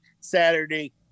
Saturday